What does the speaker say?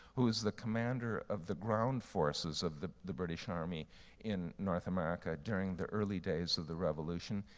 who's the commander of the ground forces of the the british army in north america during the early days of the revolution,